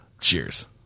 Cheers